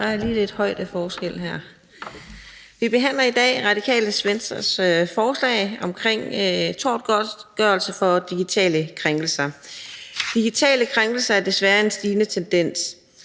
Vi behandler i dag Radikale Venstres forslag om tortgodtgørelse for digitale krænkelser. Digitale krænkelser er desværre en stigende tendens.